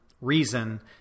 reason